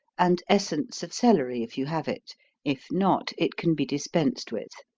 and essence of celery, if you have it if not, it can be dispensed with.